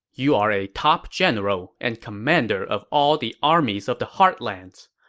you are a top general and commander of all the armies of the heartlands.